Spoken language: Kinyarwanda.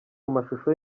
mashusho